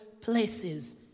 places